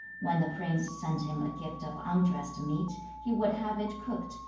when the prince sent him a gift of undressed meat, he would have it cooked,